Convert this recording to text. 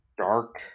dark